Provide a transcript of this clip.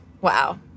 wow